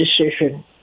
decision